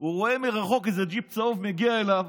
והוא רואה מרחוק איזה ג'יפ צהוב מגיע אליו.